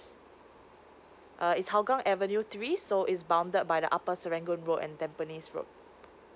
uh is hougang avenue three so is bounded by the upper serangoon road and tampines road